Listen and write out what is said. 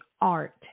art